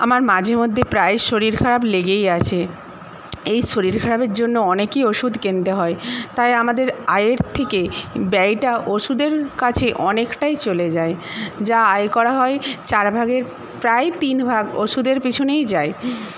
আমার মাঝে মধ্যে প্রায় শরীর খারাপ লেগেই আছে এই শরীর খারাপের জন্য অনেকই ওষুধ কিনতে হয় তাই আমাদের আয়ের থেকে ব্যয়টা ওষুধের কাছে অনেকটাই চলে যায় যা আয় করা হয় চার ভাগের প্রায় তিন ভাগ ওষুধের পেছনেই যায়